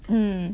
mm